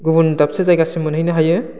गुबुन दाबसे जायगासिम मोनहैनो हायो